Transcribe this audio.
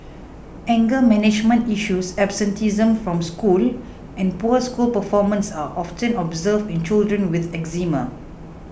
anger management issues absenteeism from school and poor school performance are often observed in children with eczema